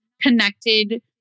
connected